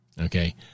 Okay